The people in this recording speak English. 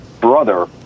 brother